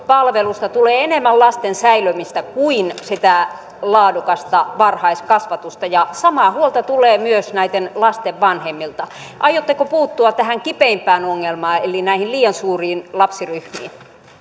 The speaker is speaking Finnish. palvelusta tulee enemmän lasten säilömistä kuin sitä laadukasta varhaiskasvatusta ja samaa huolta tulee myös lasten vanhemmilta aiotteko puuttua tähän kipeimpään ongelmaan eli näihin liian suuriin lapsiryhmiin